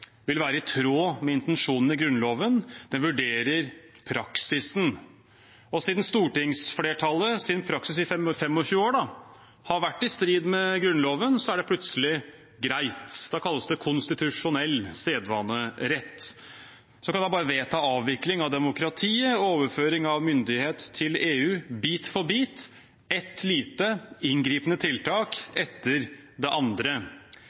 være i tråd med intensjonene i Grunnloven. Den vurderer praksisen, og siden stortingsflertallets praksis i 25 år har vært i strid med Grunnloven, er det plutselig greit. Da kalles det konstitusjonell sedvanerett. Så kan man bare vedta avvikling av demokratiet og overføring av myndighet til EU bit for bit – ett lite inngripende tiltak etter det andre.